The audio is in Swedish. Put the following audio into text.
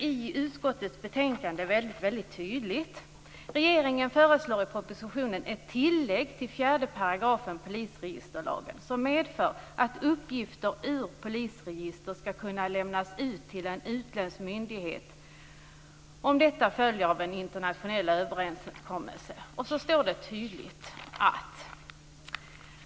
Det framhålls mycket tydligt i betänkandet: "Regeringen föreslår i propositionen ett tillägg till 4 § polisregisterlagen som medför att uppgifter ur polisregister skall kunna lämnas ut till en utländsk myndighet - om detta följer av en internationell överenskommelse -.